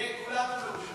נהיה כולנו מאושרים.